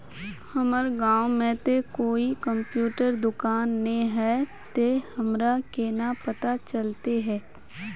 हमर गाँव में ते कोई कंप्यूटर दुकान ने है ते हमरा केना पता चलते है?